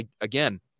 again